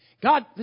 God